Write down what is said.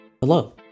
Hello